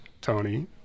Tony